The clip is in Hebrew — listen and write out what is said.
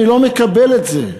אני לא מקבל את זה,